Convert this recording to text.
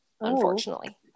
Unfortunately